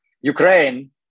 Ukraine